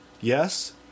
yes